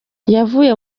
yavuye